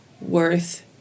worth